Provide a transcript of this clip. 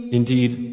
indeed